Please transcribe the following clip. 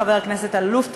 חבר הכנסת אלאלוף,